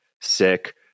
sick